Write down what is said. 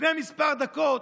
לפני כמה דקות,